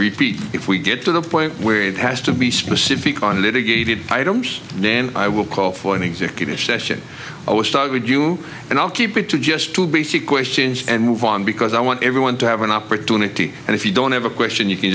repeat if we get to the point where it has to be specific on litigated items then i will call for an executive session i will start with you and i'll keep it to just two basic questions and move on because i want everyone to have an opportunity and if you don't have a question you can